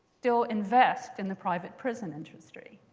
still invest in the private prison industry.